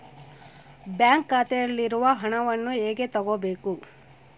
Bank ಖಾತೆಯಲ್ಲಿರುವ ಹಣವನ್ನು ಹೇಗೆ ತಗೋಬೇಕು?